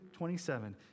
27